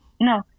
No